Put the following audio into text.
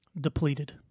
depleted